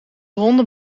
honden